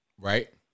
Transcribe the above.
Right